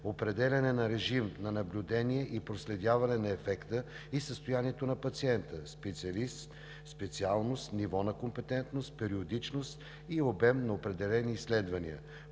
определяне на режим на наблюдение и проследяване на ефекта и състоянието на пациента; специалист; специалност; ниво на компетентност; периодичност и обем на определени изследвания;